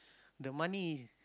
the money